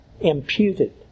imputed